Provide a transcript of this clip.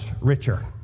richer